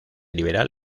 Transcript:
liberal